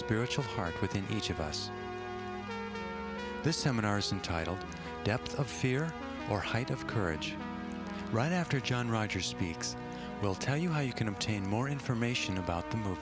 spiritual heart within each of us this seminars and titled dept of fear or height of courage right after john rogers speaks we'll tell you how you can obtain more information about the